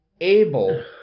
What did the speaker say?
Able